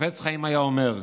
החפץ חיים היה אומר: